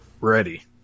Ready